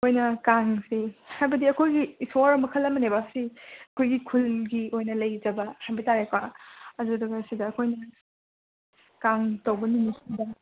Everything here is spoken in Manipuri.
ꯑꯩꯈꯣꯏꯅ ꯀꯥꯡꯁꯤ ꯍꯥꯏꯕꯗꯤ ꯑꯩꯈꯣꯏꯒꯤ ꯏꯁꯣꯔ ꯃꯈꯜ ꯑꯃꯅꯦꯕ ꯁꯤ ꯑꯩꯈꯣꯏꯒꯤ ꯈꯨꯜꯒꯤ ꯑꯣꯏꯅ ꯂꯩꯖꯕ ꯍꯥꯏꯕ ꯇꯥꯔꯦꯀꯣ ꯑꯗꯨꯗꯨꯒ ꯁꯤꯗ ꯑꯩꯈꯣꯏꯅ ꯀꯥꯡ ꯇꯧꯕ ꯅꯨꯃꯤꯠꯁꯤꯗ